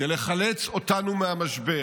כדי לחלץ אותנו מהמשבר